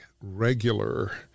regular